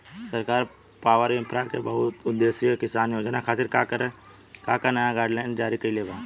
सरकार पॉवरइन्फ्रा के बहुउद्देश्यीय किसान योजना खातिर का का नया गाइडलाइन जारी कइले बा?